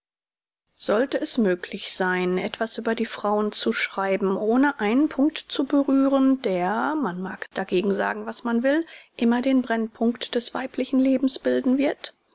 sollte es möglich sein etwas über die frauen zu schreiben ohne einen punkt zu berühren der man mag dagegen sagen was man will immer den brennpunkt des weiblichen lebens bilden wird